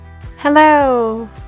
Hello